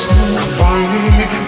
Combining